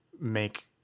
make